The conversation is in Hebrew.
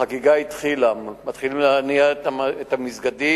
החגיגה התחילה, מתחילים להניע את המסגדים